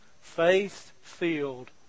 faith-filled